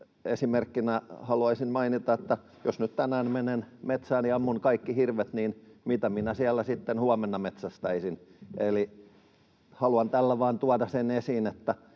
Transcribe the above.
Esimerkkinä haluaisin mainita, että jos nyt tänään menen metsään ja ammun kaikki hirvet, niin mitä minä siellä sitten huomenna metsästäisin? Eli haluan tällä vain tuoda sen esiin,